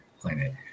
planet